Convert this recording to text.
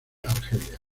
argelia